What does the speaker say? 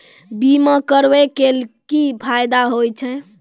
बीमा करबै के की फायदा होय छै?